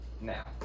now